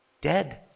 dead